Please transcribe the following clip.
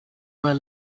were